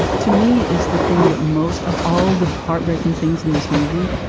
ah to me, is the thing that most of all the heartbreaking things in this movie,